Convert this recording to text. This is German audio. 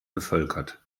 bevölkert